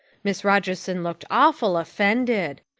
miss rogerson looked awful offended.